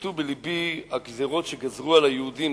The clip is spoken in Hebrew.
ונחרתו בלבי הגזירות שגזרו על היהודים.